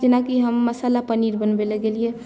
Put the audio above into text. जेनाकि हम मसाला पनीर बनबै लेल गेलियै